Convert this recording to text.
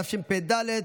התשפ"ד 2023,